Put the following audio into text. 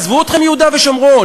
עזבו אתכם מיהודה ושומרון,